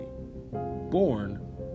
born